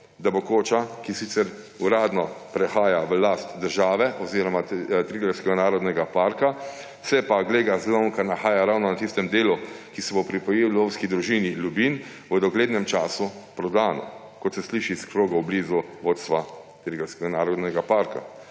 da bo koča, ki sicer uradno prehaja v last države oziroma Triglavskega narodnega parka, se pa, glej ga zlomka, nahaja ravno na tistem delu, ki se bo pripojil lovski družini Ljubinj, v doglednem času prodana, kot se sliši iz krogov blizu vodstva Triglavskega narodnega parka.